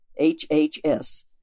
HHS